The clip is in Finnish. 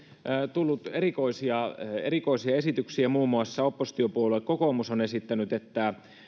tullut erikoisia erikoisia esityksiä muun muassa oppositiopuolue kokoomus on esittänyt että